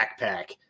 backpack